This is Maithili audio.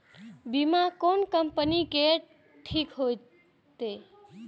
बीमा कोन कम्पनी के ठीक होते?